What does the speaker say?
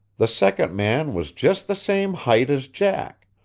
the second man was just the same height as jack,